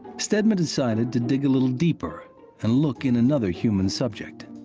stedman decided to dig a little deeper and look in another human subject.